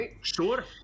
Sure